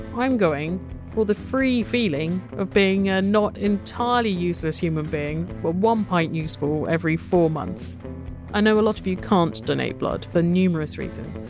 i! m going for the free feeling of being a not entirely useless human being one pint useful every four months i know a lot of you can! t donate blood for numerous reasons,